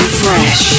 fresh